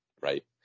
right